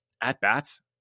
at-bats